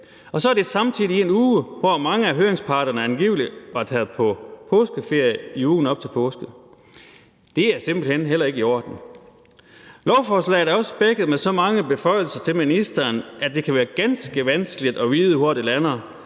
Og så er det samtidig en uge, hvor mange af høringsparterne angivelig var taget på påskeferie i ugen op til påske. Det er simpelt hen heller ikke i orden. Lovforslaget er også spækket med så mange beføjelser til ministeren, at det kan være ganske vanskeligt at vide, hvor det lander,